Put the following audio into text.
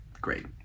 great